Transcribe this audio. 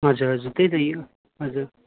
हजुर हजुर त्यही त यो हजुर